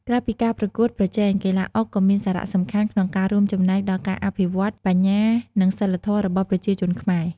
ក្រៅពីការប្រកួតប្រជែង កីឡាអុកក៏មានសារៈសំខាន់ក្នុងការរួមចំណែកដល់ការអភិវឌ្ឍន៍បញ្ញា និងសីលធម៌របស់ប្រជាជនខ្មែរ។